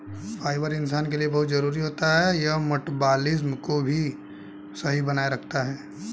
fibre इंसान के लिए बहुत जरूरी होता है यह मटबॉलिज़्म को भी सही बनाए रखता है